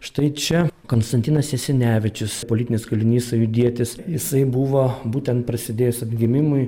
štai čia konstantinas jasinevičius politinis kalinys sąjūdietis jisai buvo būtent prasidėjus atgimimui